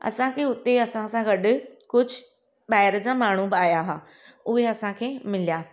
असांखे उते असां सां गॾु कुझु ॿाहिरि जा माण्हू बि आया हुआ उहे असांखे मिलिया